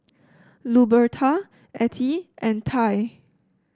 Luberta Attie and Ty